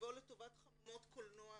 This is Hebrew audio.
מתקציבו לטובת חממות קולנוע